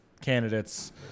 candidates